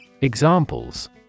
Examples